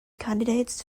candidates